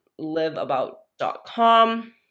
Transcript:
liveabout.com